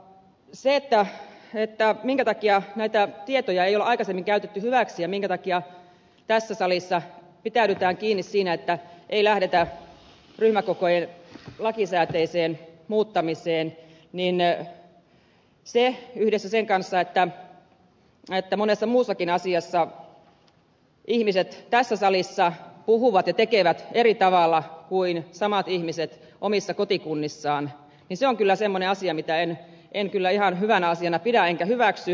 se minkä takia näitä tietoja ei ole aikaisemmin käytetty hyväksi ja minkä takia tässä salissa pitäydytään kiinni siinä että ei lähdetä ryhmäkokojen lakisääteiseen muuttamiseen se yhdessä sen kanssa että monessa muussakin asiassa ihmiset tässä salissa puhuvat ja tekevät eri tavalla kuin samat ihmiset omissa kotikunnissaan on kyllä semmoinen asia mitä en kyllä ihan hyvänä pidä enkä hyväksy